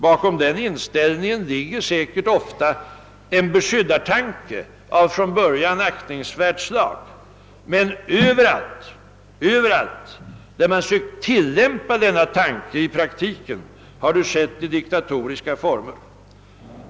Bakom den inställningen ligger säkert ofta en beskyddartanke av från början aktningsvärt slag, men överallt där man försökt tillämpa denna tanke i praktiken har det skett i diktatoriska former.